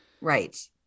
Right